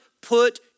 put